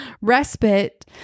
respite